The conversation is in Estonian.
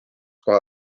kohe